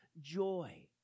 joy